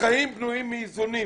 החיים בנויים מאיזונים